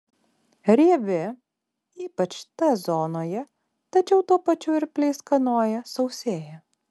riebi ypač t zonoje tačiau tuo pačiu ir pleiskanoja sausėja